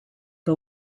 que